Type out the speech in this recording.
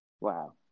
Wow